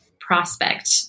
prospect